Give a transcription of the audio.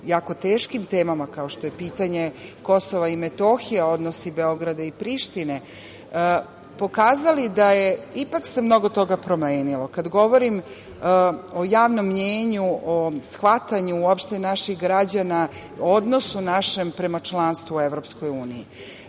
jako teškim temama kao što je pitanje Kosova i Metohije, odnosa Beograda i Prištine, pokazali da se ipak mnogo toga promenilo. Kada govorim o javnom mnjenju, o shvatanju uopšte naših građana, o odnosu našem prema članstvu u EU i